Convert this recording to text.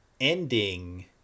ending